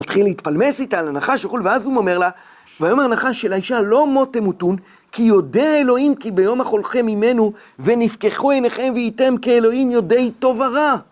מתחיל להתפלמס איתה, על הנחש וכולי, ואז הוא אומר לה, ויאמר הנחש אל האישה, לא מות תמותון, כי יודע אלוהים כי ביום אכולכם ממנו ונפקחו עיניכם והייתם כאלוהים יודעי טוב ורע.